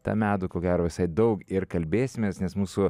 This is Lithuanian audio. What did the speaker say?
tą medų ko gero visai daug ir kalbėsimės nes mūsų